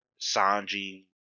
Sanji